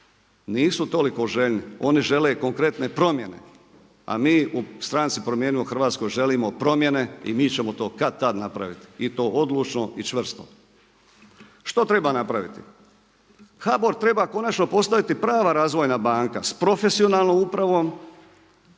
nisu toliko željni, oni žele konkretne promjene, a mi u stranci Promijenimo Hrvatsku želimo promjene i mi ćemo to kad-tad napraviti i to odlučno i čvrsto. Što treba napraviti? HBOR treba konačno postati prva razvojna banka s profesionalnom upravom,